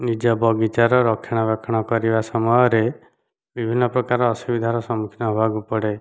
ନିଜ ବଗିଚାର ରକ୍ଷଣାବେକ୍ଷଣା କରିବା ସମୟରେ ବିଭିନ୍ନ ପ୍ରକାର ଅସୁବିଧାର ସମ୍ମୁଖୀନ ହେବାକୁ ପଡ଼େ